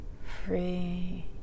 Free